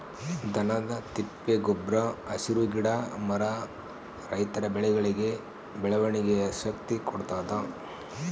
ದನದ ತಿಪ್ಪೆ ಗೊಬ್ರ ಹಸಿರು ಗಿಡ ಮರ ರೈತರ ಬೆಳೆಗಳಿಗೆ ಬೆಳವಣಿಗೆಯ ಶಕ್ತಿ ಕೊಡ್ತಾದ